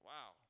Wow